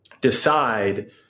decide